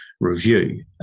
review